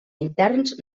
interns